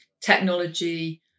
technology